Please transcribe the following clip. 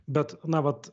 bet na vat